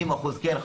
50% כן,